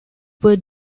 were